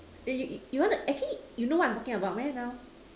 eh you you you want actually you know what I'm talking about man now